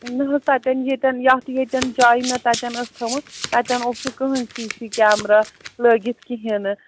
نہٕ حظ تَتٮ۪ن ییٚتٮ۪ن یَتھ ییٚتٮ۪ن جایہِ مےٚ تَتٮ۪ن ٲس تھٲومٕژ تَتٮ۪ن اوس نہٕ کٕہۭنۍ سی سی کیمرا لٲگِتھ کِہیٖنۍ نہٕ